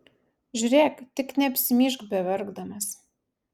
žiūrėk tik neapsimyžk beverkdamas